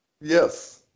yes